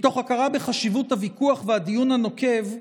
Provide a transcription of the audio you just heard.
מתוך הכרה בחשיבות הוויכוח והדיון הנוקב,